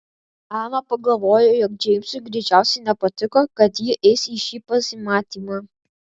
ana pagalvojo jog džeimsui greičiausiai nepatiko kad ji eis į šį pasimatymą